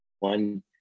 One